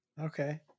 Okay